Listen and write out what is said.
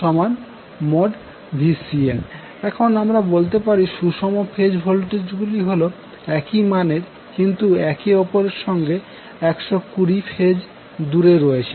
VanVbnVcn এখন আমরা বলতে পারি সুষম ফেজ ভোল্টেজ গুলি হল একই মানের কিন্তু একে অপরের সঙ্গে 120০ ফেজ দূরে রয়েছে